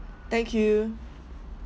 thank you